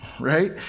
Right